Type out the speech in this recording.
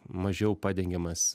mažiau padengiamas